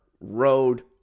road